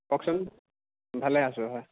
কওকচোন ভালে আছোঁ হয়